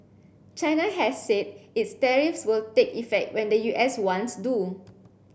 china has said its tariffs will take effect when the U S ones do